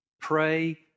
Pray